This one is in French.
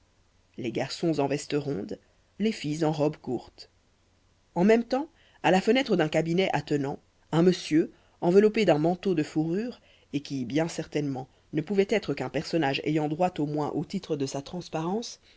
les garçons en veste ronde les filles en robe courte en même temps à la fenêtre d'un cabinet attenant un monsieur enveloppé d'un manteau de fourrure et qui bien certainement ne pouvait être qu'un personnage ayant droit au moins au titre de sa transparence